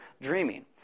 dreaming